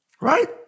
right